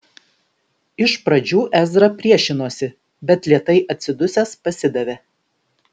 iš pradžių ezra priešinosi bet lėtai atsidusęs pasidavė